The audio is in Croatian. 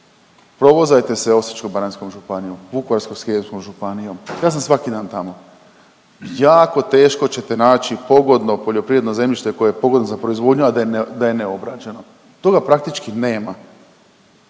Provozajte se Osječko-baranjskom županijom, Vukovarsko-srijemskom županijom, ja sam svaki dan tamo, jako teško ćete naći pogodno poljoprivredno zemljište koje je pogodno za proizvodnju, a da je neobrađeno, toga praktički nema